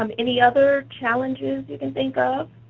um any other challenges you can think of?